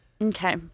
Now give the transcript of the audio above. Okay